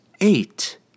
eight